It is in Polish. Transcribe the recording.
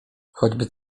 choćby